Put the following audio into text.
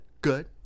Good